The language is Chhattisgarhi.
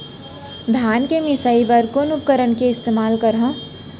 धान के मिसाई बर कोन उपकरण के इस्तेमाल करहव?